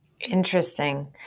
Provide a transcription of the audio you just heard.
Interesting